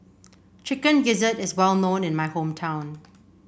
Chicken Gizzard is well known in my hometown